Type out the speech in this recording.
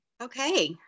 Okay